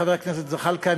חבר הכנסת זחאלקה,